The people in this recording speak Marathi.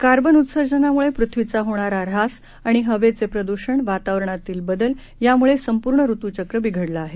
कार्बन उत्सर्जनामुळे पृथ्वीचा होणारा ऱ्हास आणि हवेचे प्रदूषण वातावरणातील बदल यांमुळे संपूर्ण ऋतुचक्र बिघडलं आहे